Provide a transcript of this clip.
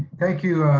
thank you,